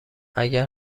اگر